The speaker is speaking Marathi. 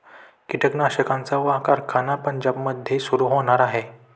कीटकनाशकांचा कारखाना पंजाबमध्ये सुरू होणार आहे